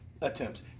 attempts